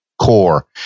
core